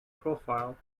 profiles